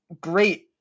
great